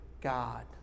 God